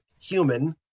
human